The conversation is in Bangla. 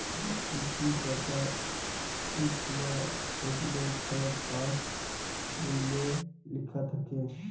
কি কি টাকা উইঠল ছেগুলা ছব পাস্ বইলে লিখ্যা থ্যাকে